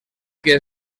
que